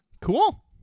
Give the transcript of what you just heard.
Cool